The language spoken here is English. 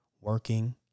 working